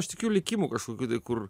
aš tikiu likimu kažkokiu tai kur